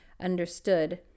understood